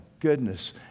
goodness